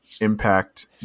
impact